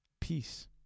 Peace